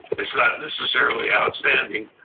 it's not necessarily outstanding,